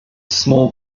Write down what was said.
small